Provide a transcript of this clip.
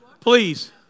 Please